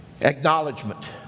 Acknowledgement